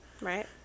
right